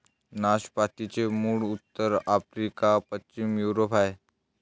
नाशपातीचे मूळ उत्तर आफ्रिका, पश्चिम युरोप आहे